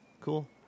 cool